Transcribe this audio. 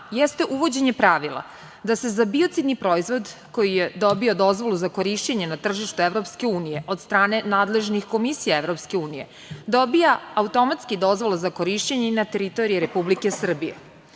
jeste uvođenje pravila da se za biocidni proizvod koji je dobio dozvolu za korišćenje na tržištu EU od strane nadležnih komisija EU dobija automatski dozvola za korišćenje i na teritoriji Republike Srbije.